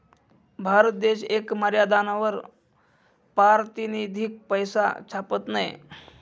भारत देश येक मर्यादानावर पारतिनिधिक पैसा छापत नयी